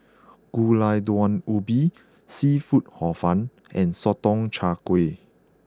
Gulai Daun Ubi Seafood Hor Fun and Sotong Char Kway